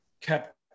kept